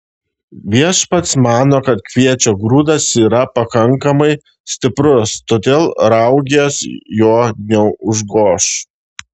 viešpats mano kad kviečio grūdas yra pakankamai stiprus todėl raugės jo neužgoš